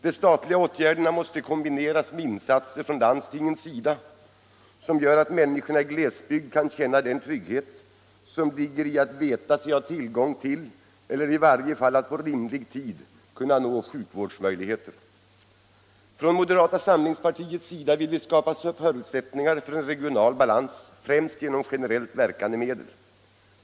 De statliga åtgärderna måste kombineras med insatser från landstingens sida som gör att människorna i glesbygd kan känna den trygghet som ligger i att veta sig ha tillgång till eller i varje fall på rimlig tid kunna nå sjukvårdsmöjligheter. Från moderata samlingspartiets sida vill vi skapa förutsättningarna för en regional balans främst genom generellt verkande medel.